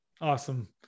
Awesome